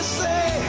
say